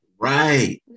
Right